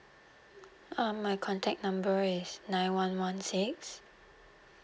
um my contact number is nine one one six